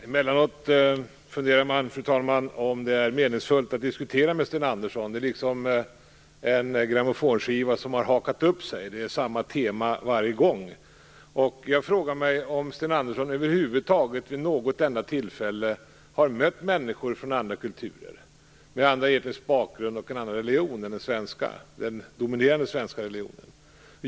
Fru talman! Man funderar emellanåt över om det är meningsfullt att diskutera med Sten Andersson. Han påminner om en grammofonskiva som har hakat upp sig. Det är samma tema varje gång. Jag frågar mig om Sten Andersson över huvud taget vid något enda tillfälle har mött människor från andra kulturer, med annan etnisk bakgrund och med annan religion än den dominerande svenska religionen.